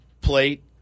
plate